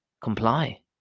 comply